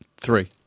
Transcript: Three